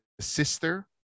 sister